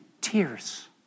tears